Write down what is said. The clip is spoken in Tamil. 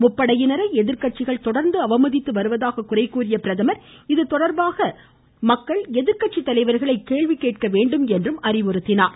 முப்படையினரை எதிர்கட்சிகள் தொடர்ந்து அவமதித்து வருவதாக குறை கூறிய பிரதமர் இதுதொடர்பாக இந்திய மக்கள் எதிர்கட்சித்தலைவர்களை கேள்வி கேட்க வேண்டும் என்றும் அறிவுறுத்தினார்